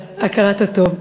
אז, הכרת הטוב.